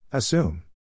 Assume